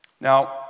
Now